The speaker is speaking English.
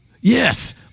Yes